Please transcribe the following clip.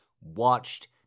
watched